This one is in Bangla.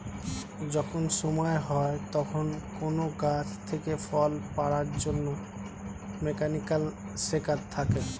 যখন সময় হয় তখন কোন গাছ থেকে ফল পাড়ার জন্যে মেকানিক্যাল সেকার থাকে